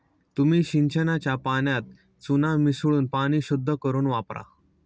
तुम्ही सिंचनाच्या पाण्यात चुना मिसळून पाणी शुद्ध करुन वापरा